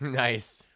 Nice